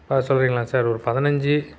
பார்த்து சொல்றிங்களா சார் ஒரு பதினைஞ்சி